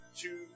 two